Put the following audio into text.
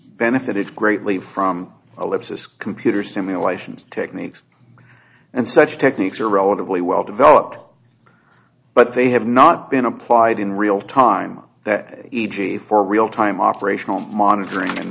benefited greatly from ellipsis computer simulations techniques and such techniques are relatively well developed but they have not been applied in real time that e g for real time operational monitoring and